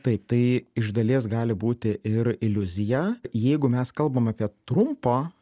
taip tai iš dalies gali būti ir iliuzija jeigu mes kalbam apie trumpą